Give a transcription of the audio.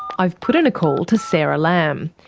i've put in a call to sara lamm.